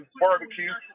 barbecue